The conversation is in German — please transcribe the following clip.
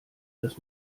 das